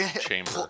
chamber